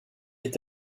est